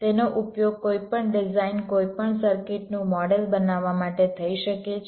તેનો ઉપયોગ કોઈપણ ડિઝાઇન કોઈપણ સર્કિટનું મોડેલ બનાવવા માટે થઈ શકે છે